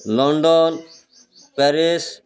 London Paris